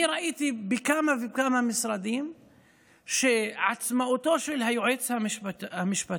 אני ראיתי בכמה וכמה משרדים שעצמאותו של היועץ המשפטי,